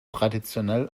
traditionell